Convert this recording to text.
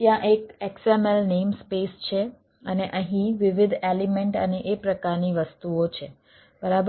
છે અને અહીં વિવિધ એલિમેન્ટ અને એ પ્રકારની વસ્તુઓ છે બરાબર